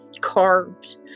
carved